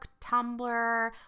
Tumblr